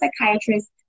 psychiatrist